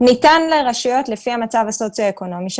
ניתן לרשויות לפי המצב הסוציו אקונומי שלהן.